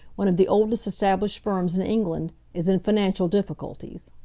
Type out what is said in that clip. one of the oldest established firms in england, is in financial difficulties.